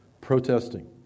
protesting